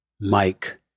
Mike